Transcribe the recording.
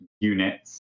units